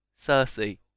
Cersei